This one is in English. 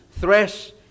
thresh